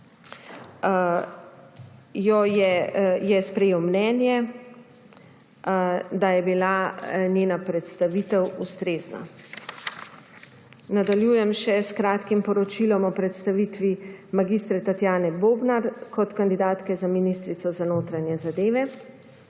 je sprejel mnenje, da je bila njena predstavitev ustrezna. Nadaljujem še s kratkim poročilom o predstavitvi mag. Tatjane Bobnar kot kandidatke za ministrico za notranje zadeve.